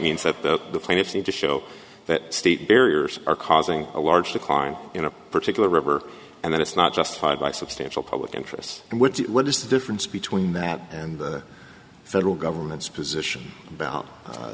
means that the plaintiffs need to show that state barriers are causing a large decline in a particular river and that it's not justified by substantial public interest and with what is the difference between that and the federal government's position about